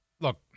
look